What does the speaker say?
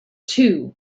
two